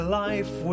life